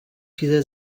dieser